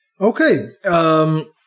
Okay